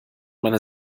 meine